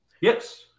Yes